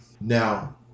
Now